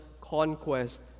conquest